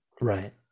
Right